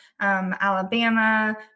Alabama